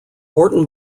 horton